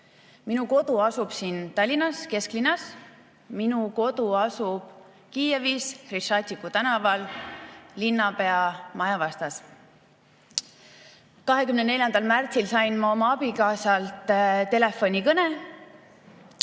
Minu kodu asub siin Tallinna kesklinnas, minu kodu asub Kiievis Hreštšatõku tänaval linnapea maja vastas. 24. veebruaril sain ma oma abikaasalt telefonikõne: